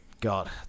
god